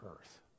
earth